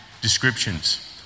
descriptions